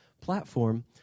platform